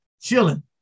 chilling